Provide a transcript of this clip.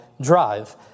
Drive